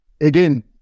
Again